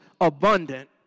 abundant